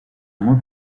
mois